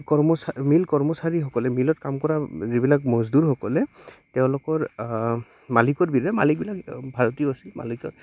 কৰ্মচাৰ mill কৰ্মচাৰীসকলে মিলত কাম কৰা যিবিলাক মজদুৰসকলে তেওঁলোকৰ মালিকৰ বিদ মালিকবিলাক ভাৰতীয় আছিল মালিকৰ